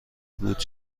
بود